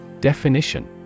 Definition